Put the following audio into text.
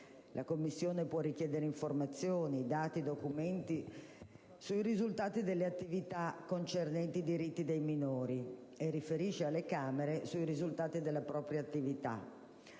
La Commissione può richiedere informazioni, dati e documenti sui risultati delle attività concernenti i diritti dei minori e riferisce alle Camere sui risultati della propria attività.